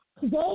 Today